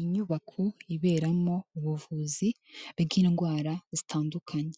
Inyubako iberamo ubuvuzi bw'indwara zitandukanye